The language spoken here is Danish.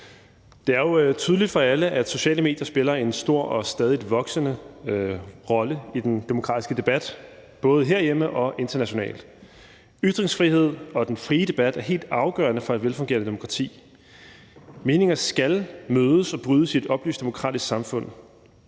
Det er jo tydeligt for alle, at sociale medier spiller en stor og stadig voksende rolle i den demokratiske debat, både herhjemme og internationalt. Ytringsfrihed og den frie debat er helt afgørende for et velfungerende demokrati. Meninger skal mødes og brydes i et oplyst demokratisk samfund.